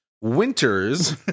Winters